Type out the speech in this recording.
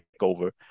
over